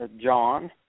john